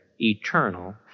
eternal